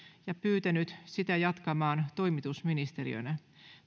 ja pyytänyt sitä jatkamaan toimitusministeristönä